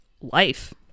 life